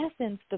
essence